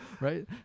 right